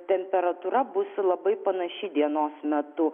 temperatūra bus labai panaši dienos metu